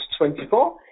24